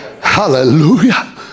Hallelujah